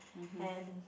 and